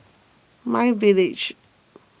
My Village